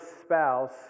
spouse